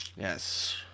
Yes